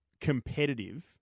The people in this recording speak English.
competitive